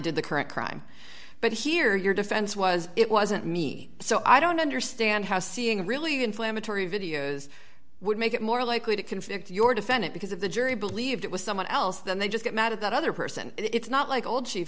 did the current crime but here your defense was it wasn't me so i don't understand how seeing a really inflammatory videos would make it more likely to convict your defendant because of the jury believed it was someone else then they just get mad at that other person and it's not